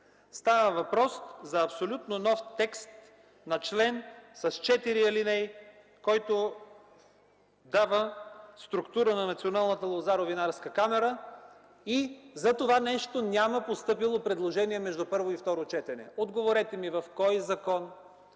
Става въпрос за абсолютно нов текст на член с четири алинеи, който дава структура на Националната лозаро-винарска камара, и за това нещо няма постъпило предложение между първо и второ четене. Отговорете ми в кой закон,